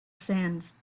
sands